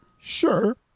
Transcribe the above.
Sure